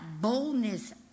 boldness